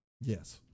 Yes